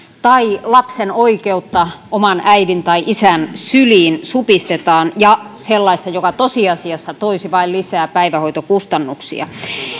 tai lapsen oikeutta oman äidin tai isän syliin supistetaan ja sellaista joka tosiasiassa toisi vain lisää päivähoitokustannuksia